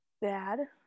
bad